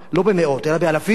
לא במאות אלא באלפים,